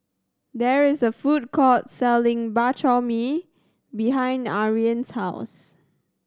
there is a food court selling Bak Chor Mee behind Ariane's house